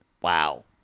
Wow